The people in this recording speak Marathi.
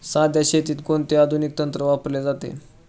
सध्या शेतीत कोणते आधुनिक तंत्र वापरले जाते?